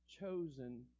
chosen